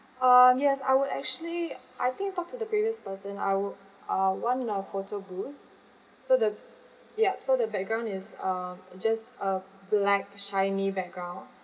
um yes I would actually I think I talked to the previous person I would uh want a photo booth so the ya so the background is um just a black shiny background